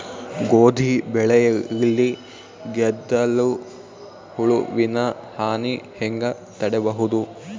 ಗೋಧಿ ಬೆಳೆಯಲ್ಲಿ ಗೆದ್ದಲು ಹುಳುವಿನ ಹಾನಿ ಹೆಂಗ ತಡೆಬಹುದು?